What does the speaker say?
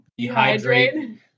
dehydrate